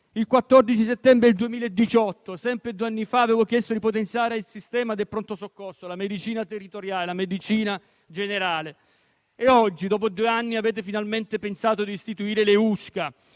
Il 14 settembre 2018, sempre due anni fa, avevo chiesto di potenziare il sistema del pronto soccorso, la medicina territoriale e quella generale e oggi, dopo due anni, avete finalmente pensato di istituire le unità